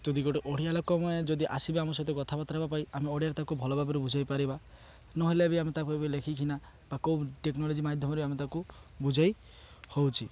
ଯଦି ଗୋଟେ ଓଡ଼ିଆ ଲୋକମାନେ ଯଦି ଆସିବେ ଆମ ସହିତ କଥାବାର୍ତ୍ତା ପାଇଁ ଆମେ ଓଡ଼ିଆରେ ତାକୁ ଭଲ ଭାବରେ ବୁଝେଇ ପାରିବା ନହେଲେ ବି ଆମେ ତାକୁ ଏବେ ଲେଖିକିନା ବା କେଉଁ ଟେକ୍ନୋଲୋଜି ମାଧ୍ୟମରେ ଆମେ ତାକୁ ବୁଝେଇ ହେଉଛି